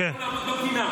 --- הדיון, או לעמוד בפינה?